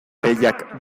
pellak